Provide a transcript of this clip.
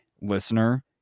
Listener